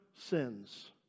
sins